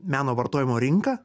meno vartojimo rinką